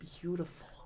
beautiful